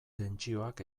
tentsioak